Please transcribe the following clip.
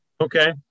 Okay